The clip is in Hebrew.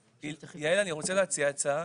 יעל, אני רוצה להציע הצעה.